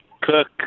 Cook